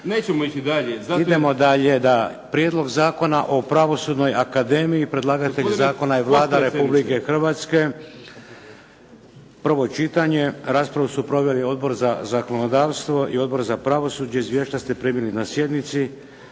Idemo dalje. Idemo dalje na Prijedlog zakona o pravosudnoj akademiji. Predlagatelj zakona je Vlada Republike Hrvatske, prvo čitanje. Raspravu su proveli Odbor za pravosuđe i Odbor za zakonodavstvo, izvješća ste primili na sjednici.